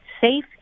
safe